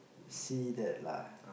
see that lah